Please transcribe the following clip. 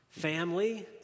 Family